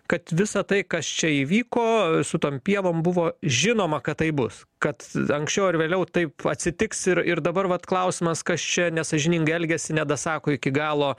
kad visą tai kas čia įvyko su tom pievom buvo žinoma kad taip bus kad anksčiau ar vėliau taip atsitiks ir ir dabar vat klausimas kas čia nesąžiningai elgesi nedasako iki galo